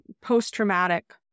post-traumatic